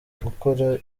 gukora